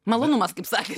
malonumas kaip sakė